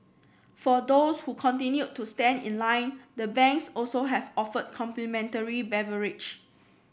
for those who continue to stand in line the banks also have offered complimentary beverage